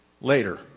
later